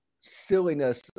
silliness